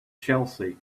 chelsea